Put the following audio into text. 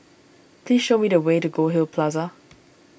please show me the way to Goldhill Plaza